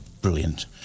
Brilliant